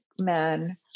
men